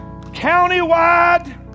Countywide